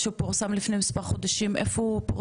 האם אנחנו נוכל לקבל ממנו עותק?